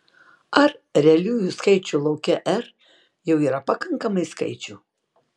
ar realiųjų skaičių lauke r jau yra pakankamai skaičių